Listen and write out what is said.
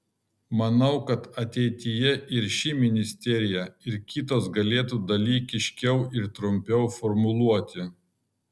manau kad ateityje ir ši ministerija ir kitos galėtų dalykiškiau ir trumpiau formuluoti